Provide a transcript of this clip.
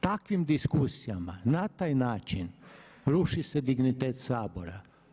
Takvim diskusijama na taj način ruši se dignitet Sabora.